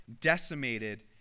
decimated